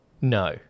No